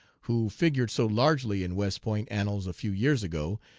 who figured so largely in west point annals a few years ago,